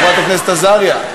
חברת הכנסת עזריה.